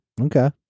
okay